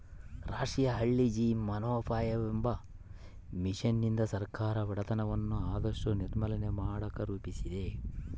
ರಾಷ್ಟ್ರೀಯ ಹಳ್ಳಿ ಜೀವನೋಪಾಯವೆಂಬ ಮಿಷನ್ನಿಂದ ಸರ್ಕಾರ ಬಡತನವನ್ನ ಆದಷ್ಟು ನಿರ್ಮೂಲನೆ ಮಾಡಕ ರೂಪಿಸಿದೆ